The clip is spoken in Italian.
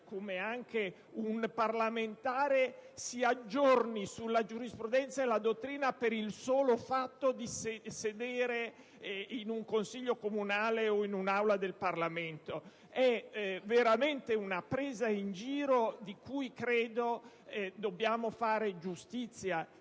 come anche un parlamentare, si aggiornino sulla giurisprudenza e sulla dottrina per il solo fatto di sedere in un consiglio comunale o in un'Aula del Parlamento. È veramente una presa in giro di cui dobbiamo fare giustizia.